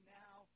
now